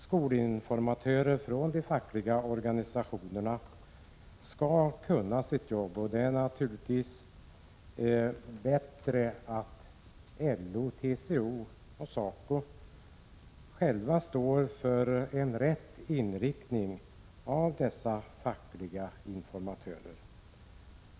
Skolinformatörer från de fackliga organisationerna skall kunna sitt jobb, och det är naturligtvis bättre att LO, TCO och SACO själva står för en riktig inriktning av den fackliga informationen.